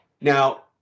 Now